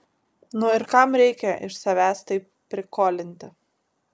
nu ir kam reikia iš savęs taip prikolinti